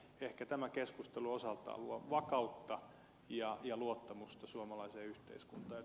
ehkä tämä keskustelu osaltaan luo vakautta ja luottamusta suomalaiseen yhteiskuntaan